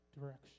direction